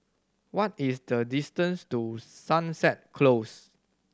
what is the distance to Sunset Close